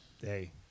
hey